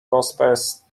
gospels